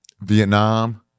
vietnam